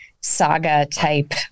Saga-type